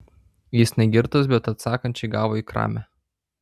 jis ne girtas bet atsakančiai gavo į kramę